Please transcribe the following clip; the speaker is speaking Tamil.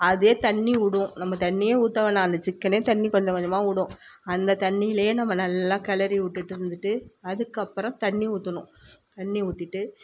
அதே தண்ணிவிடும் நம்ம தண்ணியே ஊற்ற வேணாம் அந்த சிக்கனே தண்ணி கொஞ்சம் கொஞ்சமாக விடும் அந்த தண்ணிலேயே நம்ம நல்லா கெளரி விட்டுவிட்டு இருந்துட்டு அதுக்கப்புறம் தண்ணி ஊற்றணும் தண்ணி ஊற்றிட்டு